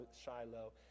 Shiloh